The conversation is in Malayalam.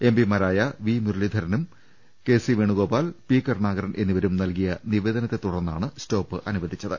എംപിമാരായ വി മുരളീധരനും കെ സിവേണുഗ്ഗോപാൽ പി കരുണാകരൻ എന്നി വരും നൽകിയ നിവേദനത്തെ തുടർന്നാ്ണ് സ്റ്റോപ്പ് അനുവദിച്ചത്